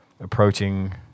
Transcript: approaching